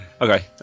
Okay